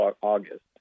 August